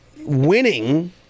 Winning